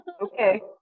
okay